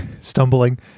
Stumbling